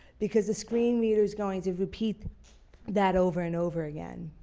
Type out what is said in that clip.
because the screenreader is going to repeat that over and over again.